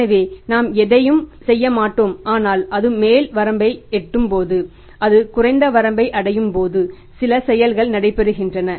எனவே நாம் எதையும் செய்ய மாட்டோம் ஆனால் அது மேல் வரம்பை எட்டும் போது அது குறைந்த வரம்பை அடையும் போது சில செயல்கள் நடைபெறுகின்றன